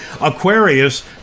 Aquarius